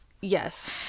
Yes